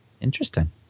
interesting